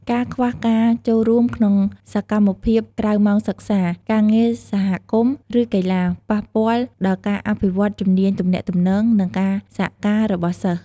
ការខ្វះការចូលរួមក្នុងសកម្មភាពក្រៅម៉ោងសិក្សា ការងារសហគមន៍ ឬកីឡា ប៉ះពាល់ដល់ការអភិវឌ្ឍជំនាញទំនាក់ទំនង និងការសហការរបស់សិស្ស។